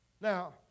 Now